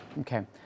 Okay